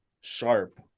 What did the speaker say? sharp